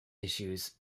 issues